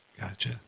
Gotcha